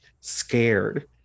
scared